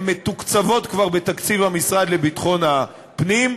הן מתוקצבות כבר בתקציב המשרד לביטחון הפנים,